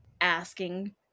asking